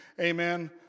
amen